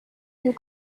and